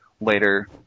later